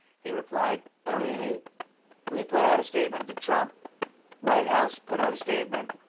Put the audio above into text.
he replied, oh, really? we put out a statement? the trump white house put out a statement?